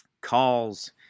calls